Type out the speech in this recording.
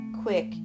quick